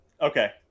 Okay